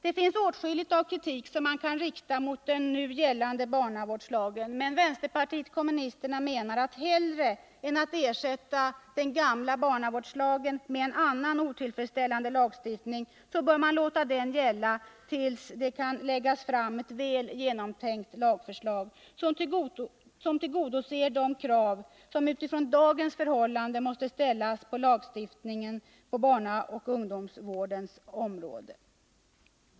Det finns åtskilligt av kritik som man kan rikta mot den nu gällande barnavårdslagen. Men vpk menar att hellre än att ersätta den gamla barnavårdslagen med en annan otillfredsställande lagstiftning så bör man låta den gamla gälla tills det kan läggas fram ett väl genomtänkt lagförslag, som tillgodoser de krav som utifrån dagens förhållanden måste ställas på lagstiftningen på barnaoch ungdomsvårdens område.